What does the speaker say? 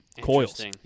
coils